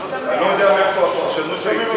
אני לא יודע מאיפה הפרשנות שהציעו,